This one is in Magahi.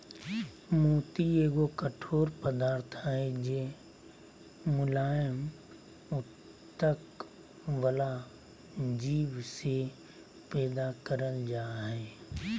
मोती एगो कठोर पदार्थ हय जे मुलायम उत्तक वला जीव से पैदा करल जा हय